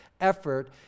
effort